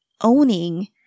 owning